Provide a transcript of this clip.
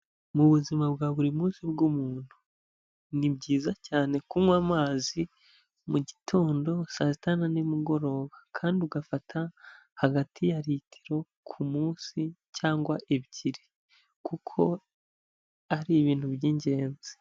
Mu buzima bwa buri munsi bw'umuntu, ni byiza cyane kunywa amazi mu gitondo, saa sita na nimugoroba kandi ugafata hagati ya litiro ku munsi cyangwa ebyiri kuko ari ibintu by'ingenzi.